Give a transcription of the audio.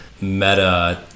meta